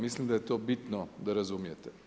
Mislim da je to bitno da razumijete.